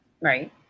Right